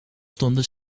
stonden